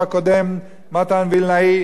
ייאמר לשבחו שהוא בא למשרד החינוך